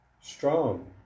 strong